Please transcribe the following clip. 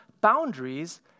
boundaries